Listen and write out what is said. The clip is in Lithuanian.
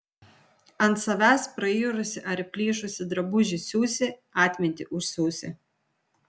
ant savęs prairusį ar įplyšusį drabužį siūsi atmintį užsiūsi